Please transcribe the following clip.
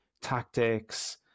tactics